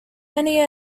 many